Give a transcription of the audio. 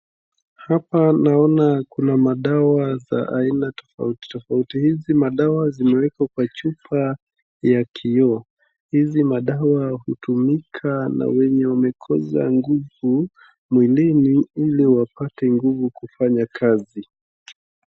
Hapa naona kuna madawa za aina tofauti tofauti. Hizi madawa zimewekwa kwa chupa ya kioo. Hizi madawa hutumika na wenye wamekoza nguvu mwilini ili wapate nguvu kufanya kazi.